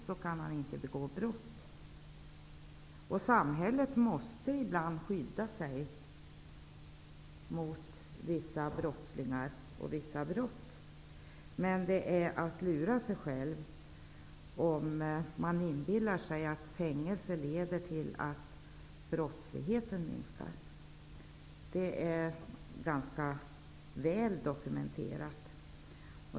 Dessutom måste samhället ibland skydda sig mot vissa brottslingar och vissa brott. Men det är att lura sig själv om man inbillar sig att fängelsestraff leder till minskad brottslighet. Det är ganska väl dokumenterat.